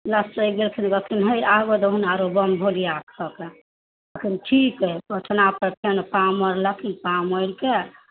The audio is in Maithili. लसकि गेलखिन कहलखिन हे आबय दहुन आरो बम भोलिआ सभके कहलखिन ठीक हइ कन्हापर सँ कांवर राखी कांवरके